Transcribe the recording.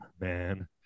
man